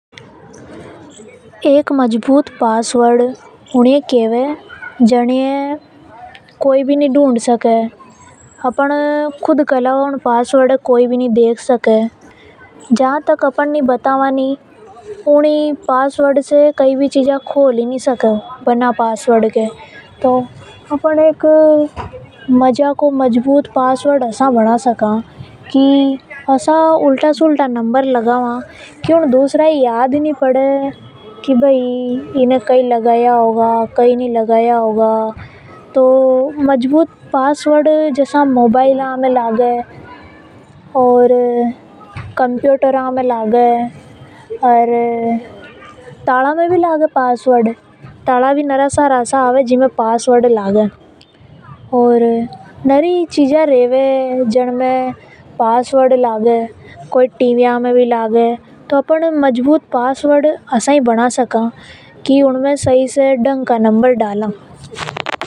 एक मजबूत पासवर्ड ऊनी ये केव जीने कोई भी नि ढूंढ सके। इको मतलब होवे लोक लगाना। अपना अलावा उन पासवर्ड न कोई भी नि खोल सके जहां तक अपन ऊनी ये पासवर्ड नि ब ता वा वहां तक नि खोल सके। अपन एक मजबूत पासवर्ड आसा बना सका जसा की उन में कोई स भी उल्टा सुलटा नंबर डाल दा या फेर कोई को भी नाम डाल था या फिर पैटर्न लगा दा ऊनी ये पासवर्ड केवे। ये पासवर्ड मोबाइल में कंप्यूटर में टेलीफोन में ओर नरी सारी चीजा में लगे। ऐनी ये पासवर्ड केवे और अपन अपने फोन की भी सुरक्षा कर सका।